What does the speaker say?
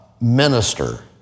minister